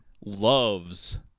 loves